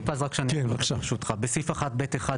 לא, פה אתה טועה.